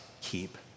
keep